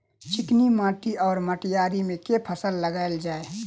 चिकनी माटि वा मटीयारी मे केँ फसल लगाएल जाए?